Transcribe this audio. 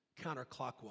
counterclockwise